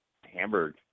Hamburg